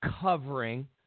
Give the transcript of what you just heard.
covering